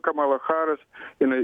kamala haris jinai